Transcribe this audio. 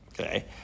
okay